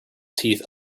teeth